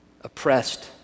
oppressed